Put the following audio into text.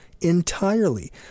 entirely